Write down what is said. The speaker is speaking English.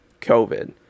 COVID